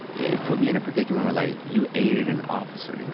it put me in a predicament where like you aided an officer, you know,